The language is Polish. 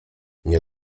nie